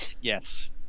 Yes